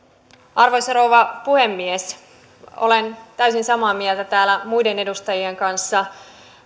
arvoisa rouva puhemies olen täysin samaa mieltä täällä muiden edustajien kanssa